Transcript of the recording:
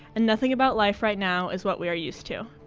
and nothing about life right now is what we are used to.